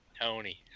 Tony